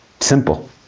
Simple